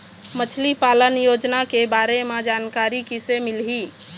मछली पालन योजना के बारे म जानकारी किसे मिलही?